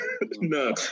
no